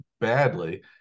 badly